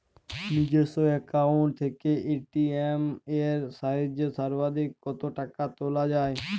নিজস্ব অ্যাকাউন্ট থেকে এ.টি.এম এর সাহায্যে সর্বাধিক কতো টাকা তোলা যায়?